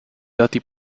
dati